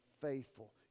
faithful